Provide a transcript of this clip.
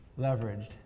leveraged